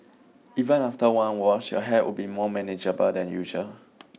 even after one wash your hair would be more manageable than usual